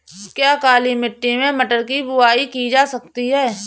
क्या काली मिट्टी में मटर की बुआई की जा सकती है?